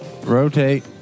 Rotate